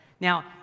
Now